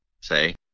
Say